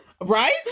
right